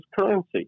currency